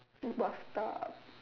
bathtub